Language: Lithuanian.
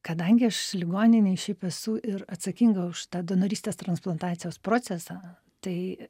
kadangi aš ligoninėj šiaip esu ir atsakinga už tą donorystės transplantacijos procesą tai